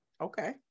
Okay